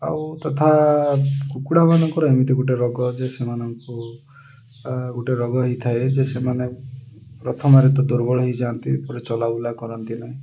ଆଉ ତଥା କୁକୁଡ଼ାମାନଙ୍କର ଏମିତି ଗୋଟେ ରୋଗ ଯେ ସେମାନଙ୍କୁ ଗୋଟେ ରୋଗ ହୋଇଥାଏ ଯେ ସେମାନେ ପ୍ରଥମରେ ତ ଦୁର୍ବଳ ହେଇଯାଆନ୍ତି ଚଲାବୁଲା କରନ୍ତି ନାଇଁ